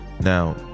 Now